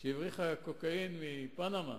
שהבריחה קוקאין מפנמה,